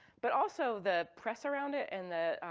but also the press around it and the